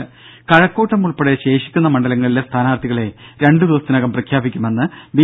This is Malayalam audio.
ദേദ കഴക്കൂട്ടം ഉൾപ്പടെ ശേഷിക്കുന്ന മണ്ഡലങ്ങളിലെ സ്ഥാനാർഥികളെ രണ്ട് ദിവസത്തിനകം പ്രഖ്യാപിക്കുമെന്ന് ബി